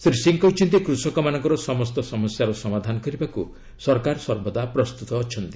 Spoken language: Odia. ଶ୍ରୀ ସିଂହ କହିଛନ୍ତି କୂଷକମାନଙ୍କର ସମସ୍ତ ସମସ୍ୟାର ସମାଧାନ କରିବାକୁ ସରକାର ସର୍ବଦା ପ୍ରସ୍ତୁତ ଅଛନ୍ତି